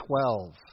twelve